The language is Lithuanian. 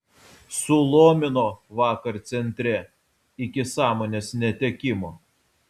sulomino vakar centre iki sąmonės netekimo